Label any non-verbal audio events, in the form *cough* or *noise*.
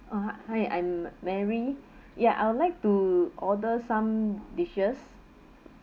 uh hi I'm mary *breath* ya I would like to order some dishes